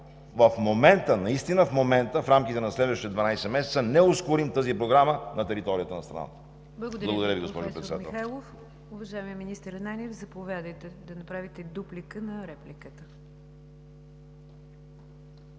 в момента, наистина в момента, в рамките на следващите 12 месеца не ускорим тази програма на територията на страната. Благодаря Ви, госпожо Председател.